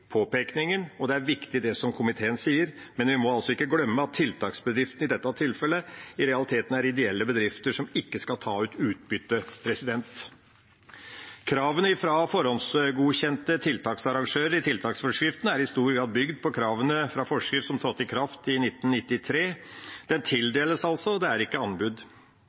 det som komiteen sier, men vi må altså ikke glemme at tiltaksbedriftene i dette tilfellet i realiteten er ideelle bedrifter som ikke skal ta ut utbytte. Kravene fra forhåndsgodkjente tiltaksarrangører i tiltaksforskriften er i stor grad bygd på kravene fra forskrift som trådte i kraft i 1993. Den tildeles altså – det er ikke anbud.